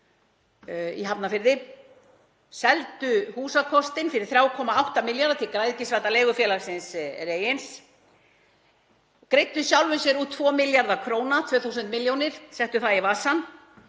í Hafnarfirði seldu húsakostinn fyrir 3,8 milljarða til græðgisvædda leigufélagsins Regins, greiddu sjálfum sér út 2 milljarða kr., 2.000 milljónir, settu það í vasann,